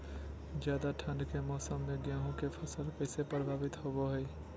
ज्यादा ठंड के मौसम में गेहूं के फसल कैसे प्रभावित होबो हय?